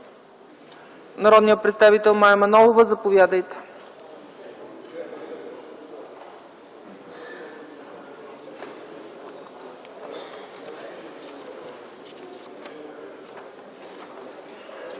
Народният представител Мая Манолова, заповядайте.